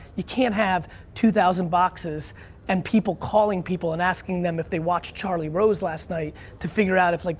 you can't have two thousand boxes and people calling people and asking them if they watched charlie rose last night to figure out if, like